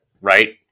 Right